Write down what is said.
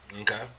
Okay